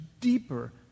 deeper